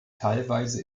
teilweise